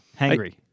hangry